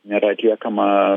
nėra atliekama